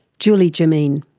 julie jomeen.